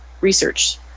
research